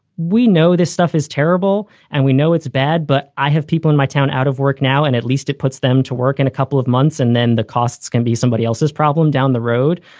we know this stuff is terrible and we know it's bad. but i have people in my town out of work now, and at least it puts them to work in a couple of months and then the costs can be somebody else's problem down the road.